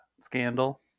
Scandal